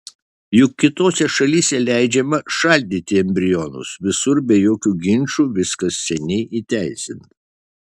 juk kitose šalyse leidžiama šaldyti embrionus visur be jokių ginčų viskas seniai įteisinta